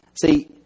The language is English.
see